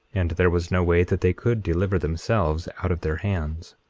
and there was no way that they could deliver themselves out of their hands,